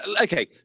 Okay